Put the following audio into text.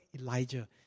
Elijah